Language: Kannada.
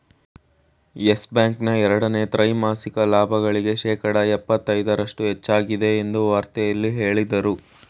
ಯಸ್ ಬ್ಯಾಂಕ್ ನ ಎರಡನೇ ತ್ರೈಮಾಸಿಕ ಲಾಭಗಳಿಗೆ ಶೇಕಡ ಎಪ್ಪತೈದರಷ್ಟು ಹೆಚ್ಚಾಗಿದೆ ಎಂದು ವಾರ್ತೆಯಲ್ಲಿ ಹೇಳದ್ರು